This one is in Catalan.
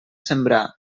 sembrar